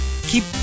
keep